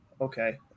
okay